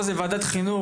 פה זה וועדת חינוך,